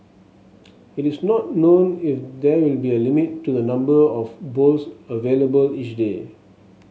it is not known if there will be a limit to the number of bowls available each day